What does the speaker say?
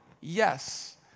yes